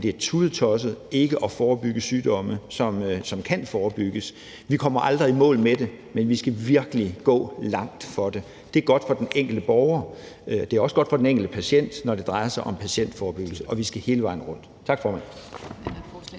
det er tudetosset ikke at forebygge sygdomme, som kan forebygges. Vi kommer aldrig i mål med det, men vi skal virkelig gå langt for det. Det er godt for den enkelte borger, og det er også godt for den enkelte patient, når det drejer sig om forebyggelse for patienter, og vi skal hele vejen rundt. Tak, formand. Kl. 18:26 Anden